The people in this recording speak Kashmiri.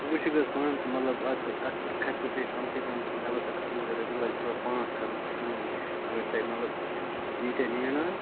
ژٕ وُچھکھ حظ پانہٕ تہٕ مطلب اتہِ کوٚت اَتہِ کھٔسوِ تۄہہِ کَم سے کَم مےٚ باسان کھَسنَس رۄپیہِ لَچھ زٕ ژور پانٛژھ کھَسنو تۄہہِ یِمنٕے اَگر تۄہہِ مطلب ییٖتیٛاہ نِیِو نہٕ حظ